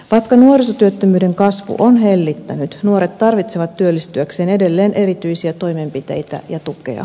vaikka nuorisotyöttömyyden kasvu on hellittänyt nuoret tarvitsevat työllistyäkseen edelleen erityisiä toimenpiteitä ja tukea